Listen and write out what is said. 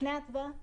לפני ההצבעה,